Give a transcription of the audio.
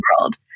world